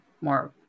more